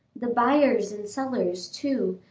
the buyers and sellers, too,